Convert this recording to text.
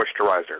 moisturizer